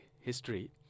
history